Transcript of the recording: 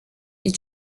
est